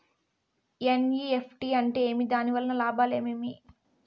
NEFT అంటే ఏమి? దాని వలన లాభాలు ఏమేమి